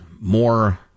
more